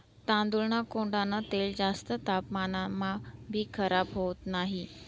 तांदूळना कोंडान तेल जास्त तापमानमाभी खराब होत नही